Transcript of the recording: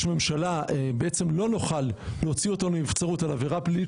ממשלה בעצם לא נוכל להוציא אותו לנבצרות על עבירה פלילית